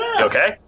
okay